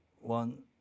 one